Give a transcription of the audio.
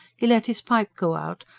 he let his pipe go out,